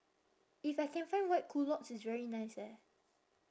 if I can find white culottes it's very nice eh